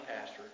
pastor